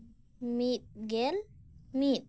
ᱢᱤᱫᱜᱮᱞ ᱢᱤᱫ